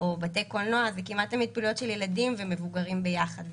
או בתי קולנוע זה כמעט תמיד פעילויות של ילדים ומבוגרים ביחד.